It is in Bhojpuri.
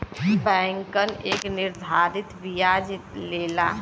बैंकन एक निर्धारित बियाज लेला